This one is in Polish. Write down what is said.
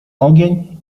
ogień